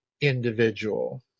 individual